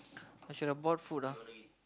I should have brought food lah